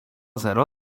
zero